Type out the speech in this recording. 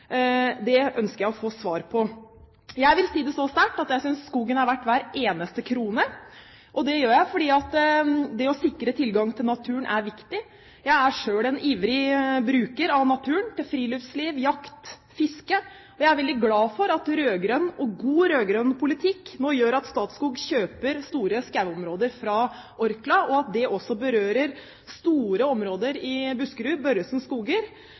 Det ønsker jeg å få svar på. Jeg vil si det så sterkt at jeg synes skogen er verdt hver eneste krone, og det sier jeg fordi det å sikre tilgang til naturen er viktig. Jeg er selv en ivrig bruker av naturen – til friluftsliv, jakt, fiske. Jeg er veldig glad for at god rød-grønn politikk nå gjør at Statskog kjøper store skogområder fra Orkla, at det også berører store områder i Buskerud – Børresen